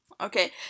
okay